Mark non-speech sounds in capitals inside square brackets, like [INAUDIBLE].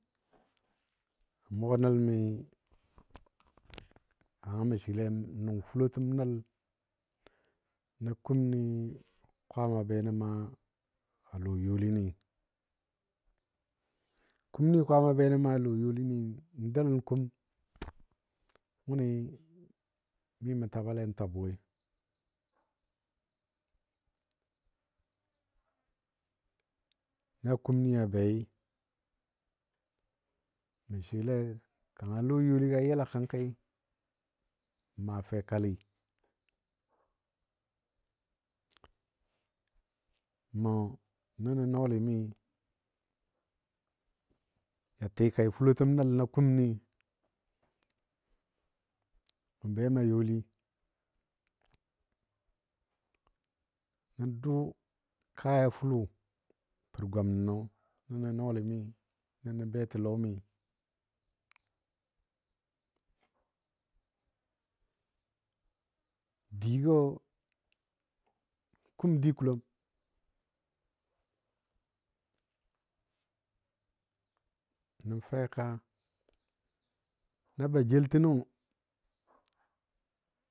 Mʊgɔ nəl mi, [NOISE] kanga mə swɨle nʊng fulotəm nəl na kumni kwaama a be nən mə a lɔ youlini kumni kwaama a benən mə a lɔ youlini n daləng kum wʊni mi mə tabale n twab. woi na kumni a bei mə swɨle kanga lɔ youli ga yɨla kənkii maa fekali mə nəno. nɔɔli mi ja tikai fulotəm nəl na kumni mə bem a youli nə dʊ kaya fulo pər. gwam nənɔ, nənɔ nɔɔli mi, nənɔ betəlɔmi digɔ kum dikulom nə feka naba jeltəno.